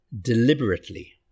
deliberately